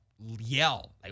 yell